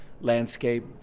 landscape